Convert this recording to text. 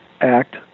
act